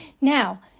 Now